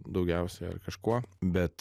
daugiausia ar kažkuo bet